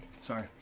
Sorry